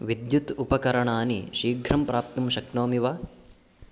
विद्युत् उपकरणानि शीघ्रं प्राप्तुं शक्नोमि वा